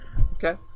Okay